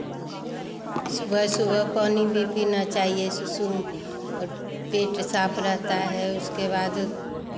सुबह सुबह पानी भी पीना चाहिए सुसुम और पेट साफ रहता है उसके बाद